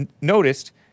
noticed